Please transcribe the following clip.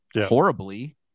horribly